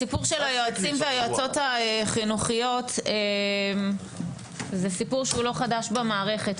הסיפור של היועצים והיועצות החינוכיות זה סיפור שהוא לא חדש במערכת,